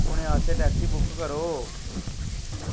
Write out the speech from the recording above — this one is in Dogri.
हूनै आस्तै टैक्सी बुक करो